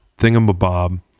Thingamabob